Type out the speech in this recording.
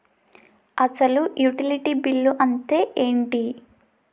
అసలు utility bill అంతే ఎంటి?